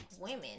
women